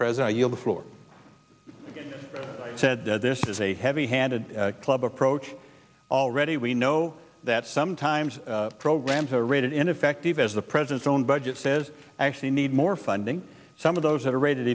president you know the floor said this is a heavy handed club approach already we know that sometimes programs are rated ineffective as the president's own budget says actually need more funding some of those that are rated